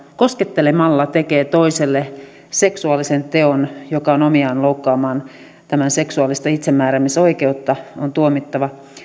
koskettelemalla tekee toiselle seksuaalisen teon joka on omiaan loukkaamaan tämän seksuaalista itsemääräämisoikeutta on tuomittava